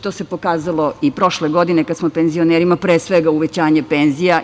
To se pokazalo i prošle godine, kada smo penzionerima, pre svega, uvećanje penzija.